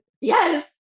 Yes